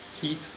Keith